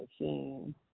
machine